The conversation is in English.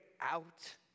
out